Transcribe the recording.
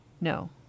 No